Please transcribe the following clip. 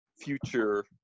future